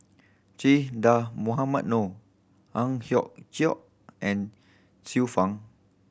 Che Dah Mohamed Noor Ang Hiong Chiok and Xiu Fang